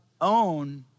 own